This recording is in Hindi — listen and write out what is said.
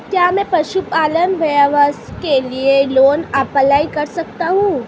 क्या मैं पशुपालन व्यवसाय के लिए लोंन अप्लाई कर सकता हूं?